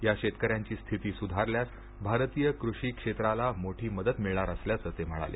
या शेतकऱ्यांची स्थिती सुधारल्यास भारतीय कृषी क्षेत्राला मोठी मदत मिळणार असल्याचं ते म्हणाले